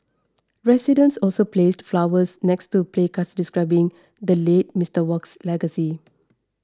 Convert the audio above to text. residents also placed flowers next to placards describing the late Mister Wok's legacy